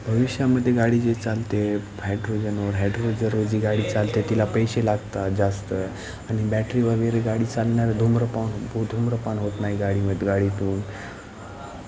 भविष्यामध्ये गाडी जे चालते हायड्रोजनवर हायड्रोजनवर जी गाडी चालते तिला पैसे लागतात जास्त आनि बॅटरीवगैरे गाडी चालणार धुम्रपान हो धुम्रपान होत नाही गाडीमध्ये गाडीतून